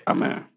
Amen